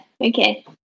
okay